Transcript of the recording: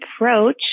approach